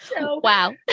Wow